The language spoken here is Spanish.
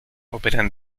operan